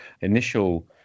initial